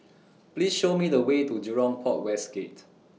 Please Show Me The Way to Jurong Port West Gate